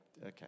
Okay